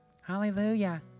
Hallelujah